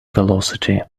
velocity